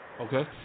Okay